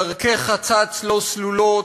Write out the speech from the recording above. דרכי חצץ לא סלולות,